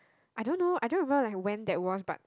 I don't know I don't remember when that was but